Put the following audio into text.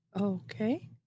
okay